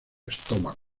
estómago